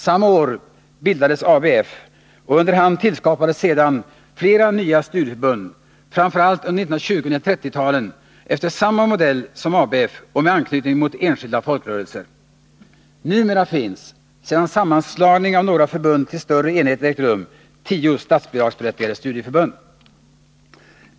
Samma år bildades ABF, och under hand tillskapades sedan flera nya studieförbund, framför allt under 1920 och 1930-talen, efter samma modell som ABF och med anknytning till skilda folkrörelser. Numera finns, sedan sammanslagning av några förbund till större enheter ägt rum, tio statsbidragsberättigade studieförbund.